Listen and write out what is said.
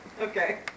Okay